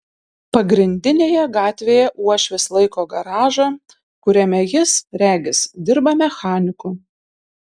pagrindinėje gatvėje uošvis laiko garažą kuriame jis regis dirba mechaniku